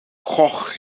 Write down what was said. gogh